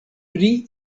pli